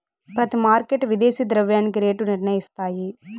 ప్రతి మార్కెట్ విదేశీ ద్రవ్యానికి రేటు నిర్ణయిస్తాయి